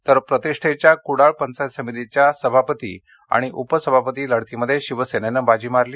तर प्रतिष्ठेच्या कूडाळ पंचायत समितीच्या सभापती आणि उपसभापती लढतीमध्ये शिवसेनेनं बाजी मारली